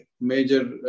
major